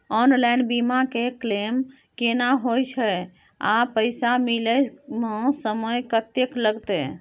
Online बीमा के claim केना होय छै आ पैसा मिले म समय केत्ते लगतै?